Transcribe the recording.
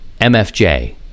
MFJ